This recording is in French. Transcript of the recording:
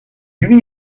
lui